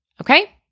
okay